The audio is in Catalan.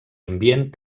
ambient